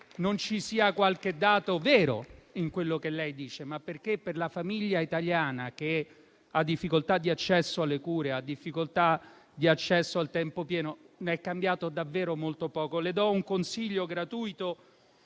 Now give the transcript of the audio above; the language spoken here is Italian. non ci sia qualche dato vero in quello che lei dice, ma perché per la famiglia italiana che ha difficoltà di accesso alle cure o di accesso al tempo pieno, è cambiato davvero molto poco. Le do un consiglio gratuito: